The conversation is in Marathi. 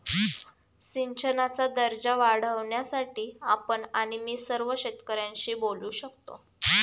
सिंचनाचा दर्जा वाढवण्यासाठी आपण आणि मी सर्व शेतकऱ्यांशी बोलू शकतो